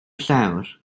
llawr